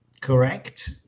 Correct